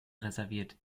reserviert